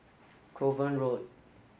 Kovan Road